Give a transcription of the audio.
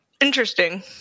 Interesting